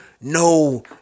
no